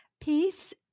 peace